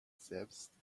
selbst